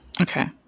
Okay